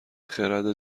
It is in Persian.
خرد